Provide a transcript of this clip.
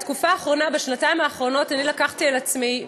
בשנתיים האחרונות אני לקחתי על עצמי,